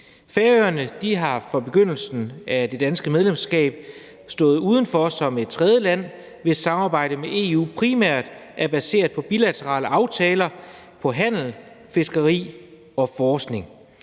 Færøerne har fra begyndelsen af det danske medlemskab stået udenfor som et tredjeland, hvis samarbejde med EU primært er baseret på bilaterale aftaler om handel, fiskeri og forskning.